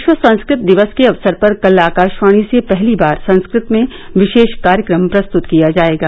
विश्व संस्कृत दिवस के अक्सर पर कल आकाशवाणी से पहली बार संस्कृत में विशेष कार्यक्रम प्रस्तुत किया जाएगा